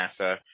NASA –